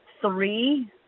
three